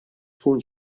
tkun